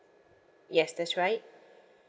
yes that's right